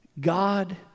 God